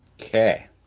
okay